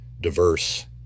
diverse